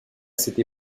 cette